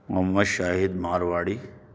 Muhammad Shahid Marwari